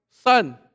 son